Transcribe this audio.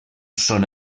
són